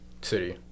City